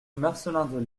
marcelin